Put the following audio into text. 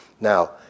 Now